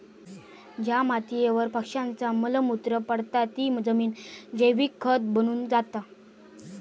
ज्या मातीयेवर पक्ष्यांचा मल मूत्र पडता ती जमिन जैविक खत बनून जाता